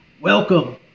Welcome